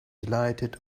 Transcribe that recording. delighted